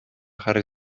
jarri